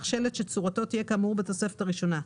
שלט שצורתו תהיה כאמור בתוספת הראשונה.